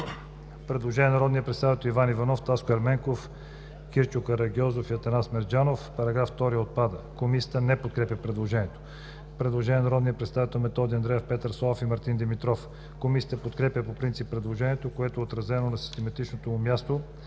предложение на народните представители Иван Иванов, Таско Ерменков, Кирчо Карагьозов и Атанас Мерджанов –§ 2 отпада. Комисията не подкрепя предложението. Предложение на народните представители Методи Андреев, Петър Славов и Мартин Димитров. Комисията подкрепя по принцип предложението, което е отразено на систематичното му място